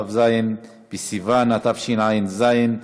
כ"ו בסיוון התשע"ז,